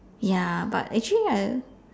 ya but actually I